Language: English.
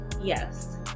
yes